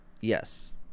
yes